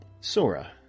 Sora